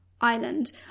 island